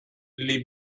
les